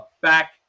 back